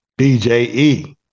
BJE